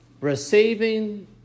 receiving